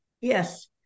Yes